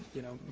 you know,